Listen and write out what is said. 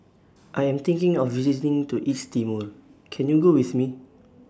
I Am thinking of visiting to East Timor Can YOU Go with Me